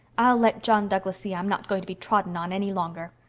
i'll let john douglas see i'm not going to be trodden on any longer.